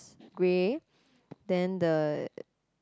grey then the